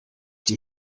die